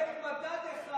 אין מדד אחד